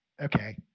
okay